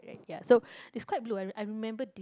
ok ya so is quite blue I re~ I remember di~